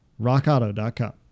rockauto.com